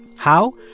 how?